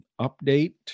update